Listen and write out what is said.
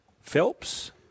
Phelps